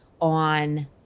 on